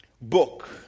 book